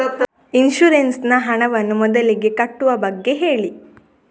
insurance ನ ಹಣವನ್ನು ಮೊದಲಿಗೆ ಕಟ್ಟುವ ಬಗ್ಗೆ ಹೇಳಿ